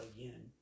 Again